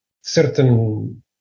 certain